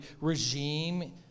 regime